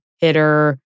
hitter